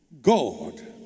God